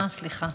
אה, סליחה.